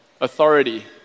authority